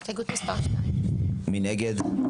2. מי נגד?